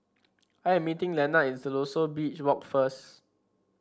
I am meeting Lenard in Siloso Beach Walk first